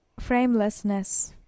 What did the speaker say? framelessness